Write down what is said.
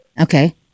Okay